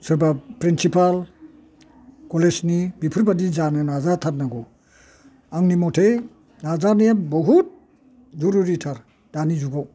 सोरबा प्रिन्सिपाल कलेजनि बेफोरबायदि जानो नाजाथारनांगौ आंनि मथै नाजानाया बुहुत जुरुरिथार दानि जुगाव